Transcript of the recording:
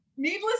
Needless